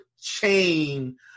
chain